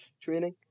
training